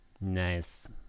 nice